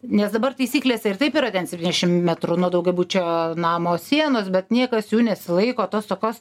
nes dabar taisyklėse ir taip yra ten septyniasdešim metrų nuo daugiabučio namo sienos bet niekas jų nesilaiko tos tokos